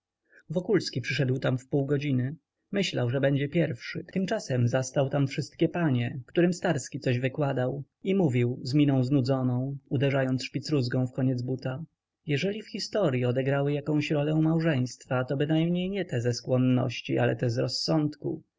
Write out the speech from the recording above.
wokulski przyszedł tam w półgodziny myślał że będzie pierwszy tymczasem zastał już wszystkie panie którym starski coś wykładał siedział rozparty na brzozowym fotelu i mówił z miną znudzoną uderzając szpicrózgą w koniec buta jeżeli w historyi odegrały jakąś rolę małżeństwa to bynajmniej nie te ze skłonności ale te z rozsądku